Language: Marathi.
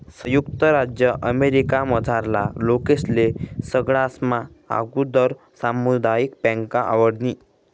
संयुक्त राज्य अमेरिकामझारला लोकेस्ले सगळास्मा आगुदर सामुदायिक बँक आवडनी